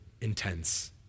intense